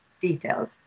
details